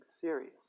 serious